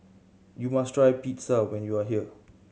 you must try Pizza when you are here